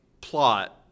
plot